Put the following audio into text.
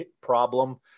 problem